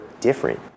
different